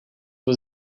was